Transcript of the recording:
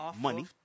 money